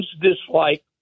dislike